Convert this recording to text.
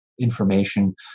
information